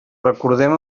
recordem